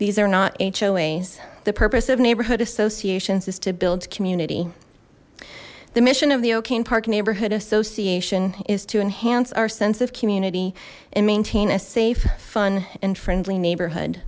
these are not hoas the purpose of neighborhood associations is to build community the mission of the o'kane park neighborhood association is to enhance our sense of community and maintain a safe fun and friendly neighborhood